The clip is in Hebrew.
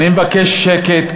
אני מבקש שקט.